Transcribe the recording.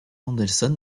mendelssohn